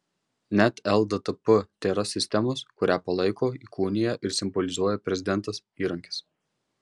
net lddp tėra sistemos kurią palaiko įkūnija ir simbolizuoja prezidentas įrankis